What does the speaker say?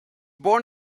born